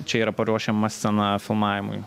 čia yra paruošiama scena filmavimui